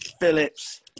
phillips